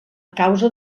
causa